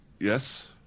Yes